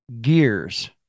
Gears